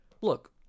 Look